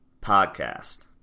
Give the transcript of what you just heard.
podcast